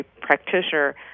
practitioner